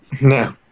no